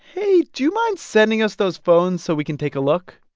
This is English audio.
hey, do you mind sending us those phones so we can take a look?